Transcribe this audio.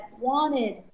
wanted